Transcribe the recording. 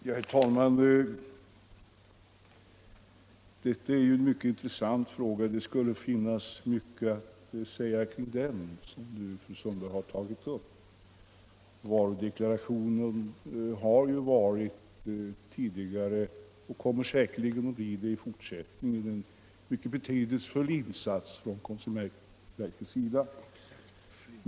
Herr talman! Detta är en mycket intressant fråga, och det skulle finnas mycket att säga om det som fru Sundberg nu tagit upp. Varudeklarationen har ju tidigare varit — och kommer säkerligen att bli det också i fortsättningen — en mycket betydelsefull insats från konsumentverket.